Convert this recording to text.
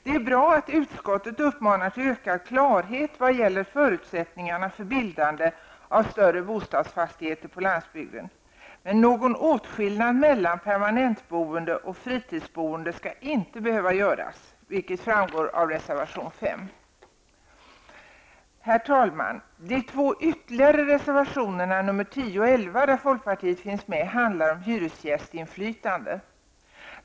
Det är bra att utskottet uppmanar till ökad klarhet vad gäller förutsättningarna för bildande av större bostadsfastigheter på landsbygden. Någon åtskillnad mellan permanentboende och fritidsboende skall inte behövas göras, vilket också framgår av reservation 5. Herr talman! Reservationerna 10 och 11, de två övriga reservationer som folkpartiet har undertecknat, handlar om hyresgästinflytande.